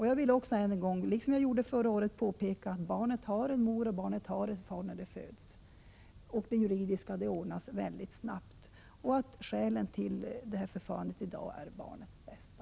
Jag vill än en gång, liksom jag gjorde förra året, påpeka att barnet har en mor och en far när det föds, och det juridiska ordnas mycket snabbt. Skälet till detta förfarande är barnets bästa.